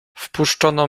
wpuszczono